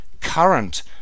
current